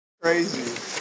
Crazy